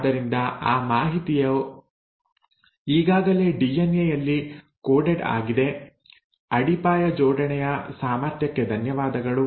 ಆದ್ದರಿಂದ ಆ ಮಾಹಿತಿಯು ಈಗಾಗಲೇ ಡಿಎನ್ಎ ಯಲ್ಲಿ ಕೋಡೆಡ್ ಆಗಿದೆ ಅಡಿಪಾಯ ಜೋಡಣೆಯ ಸಾಮರ್ಥ್ಯಕ್ಕೆ ಧನ್ಯವಾದಗಳು